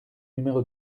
numéro